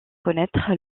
connaître